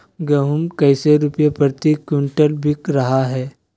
गेंहू कैसे रुपए प्रति क्विंटल बिक रहा है?